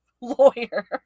lawyer